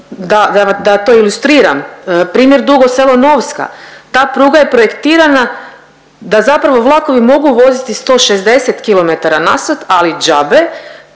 da to ilustriram, primjer Dugo Selo-Novska. Ta pruga je projektirana da zapravo vlakovi mogu voziti 160 km/h, ali džabe